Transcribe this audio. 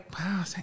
Wow